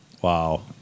wow